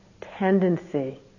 tendency